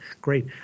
great